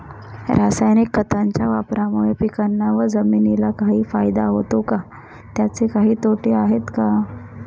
रासायनिक खताच्या वापरामुळे पिकांना व जमिनीला काही फायदा होतो का? त्याचे काही तोटे आहेत का?